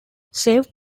save